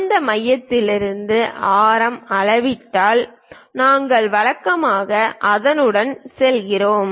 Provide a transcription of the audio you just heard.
அந்த மையத்திலிருந்து ஆரம் அளவிட்டால் நாங்கள் வழக்கமாக அதனுடன் செல்கிறோம்